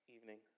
evening